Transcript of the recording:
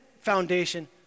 foundation